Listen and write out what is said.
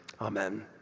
Amen